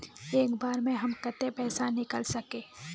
एक बार में हम केते पैसा निकल सके?